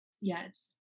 yes